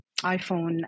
iphone